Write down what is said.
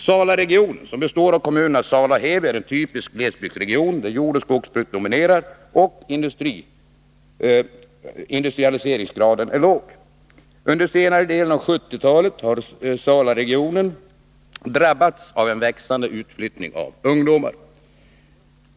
Salaregionen, som består av kommunerna Sala och Heby, är en typisk glesbygdsregion, där jordoch skogsbruk dominerar och industrialiseringsgraden är låg. Under senare delen av 1970-talet har Salaregionen drabbats av en växande utflyttning av ungdomar.